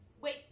Wait